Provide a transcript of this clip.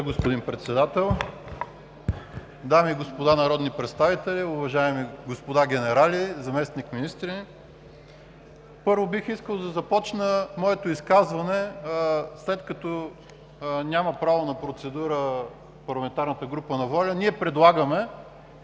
господин Председател. Дами и господа народни представители, уважаеми господа генерали, заместник-министри! Първо, бих искал да започна моето изказване, след като парламентарната група на „Воля“ няма право